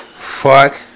Fuck